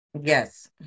Yes